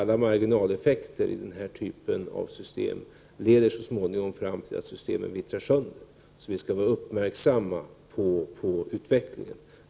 Alla marginaleffekter i denna typ av system leder så småningom till att systemen vittrar sönder. Vi skall därför vara uppmärksamma på utvecklingen.